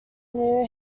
new